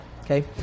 Okay